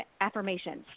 affirmations